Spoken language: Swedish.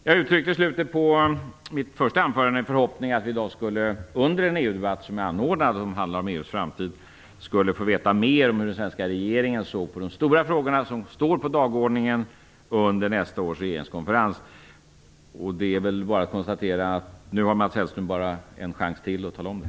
Jag uttryckte i slutet på mitt första anförande en förhoppning att vi i dag, under den EU-debatt som är anordnad och som handlar om EU:s framtid, skulle få veta mer om hur den svenska regeringen ser på de stora frågorna som står på dagordningen under nästa års regeringskonferensen. Nu kan vi bara konstatera att Mats Hellström bara har en chans till att tala om det.